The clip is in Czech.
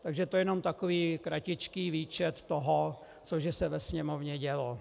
Takže to je jenom takový kratičký výčet toho, co že se ve Sněmovně dělo.